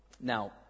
Now